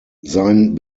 sein